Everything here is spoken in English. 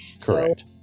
Correct